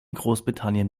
großbritannien